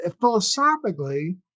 philosophically